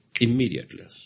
immediately